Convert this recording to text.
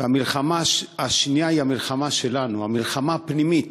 המלחמה השנייה היא המלחמה שלנו, המלחמה הפנימית,